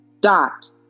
dot